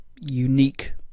unique